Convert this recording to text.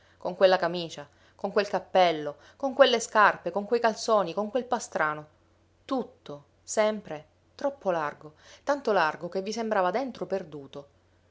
con quella camicia con quel cappello con quelle scarpe con quei calzoni con quel pastrano tutto sempre troppo largo tanto largo che vi sembrava dentro perduto